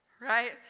right